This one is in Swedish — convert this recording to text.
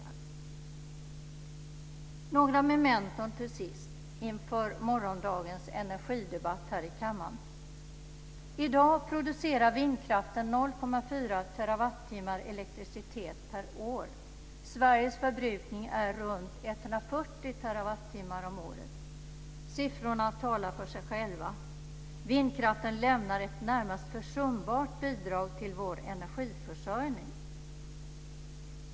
Till sist några mementon inför morgondagens energidebatt här i kammaren. I dag producerar vindkraften 0,4 TWh elektricitet per år. Sveriges förbrukning är runt 140 TWh om året. Siffrorna talar för sig själva. Vindkraften lämnar ett närmast försumbart bidrag till vår energiförsörjning.